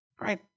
Right